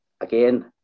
again